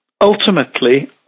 ultimately